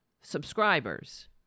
subscribers